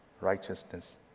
Righteousness